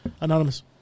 Anonymous